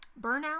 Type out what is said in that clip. Burnout